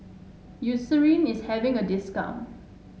Eucerin is having a discount